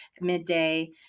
midday